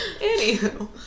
Anywho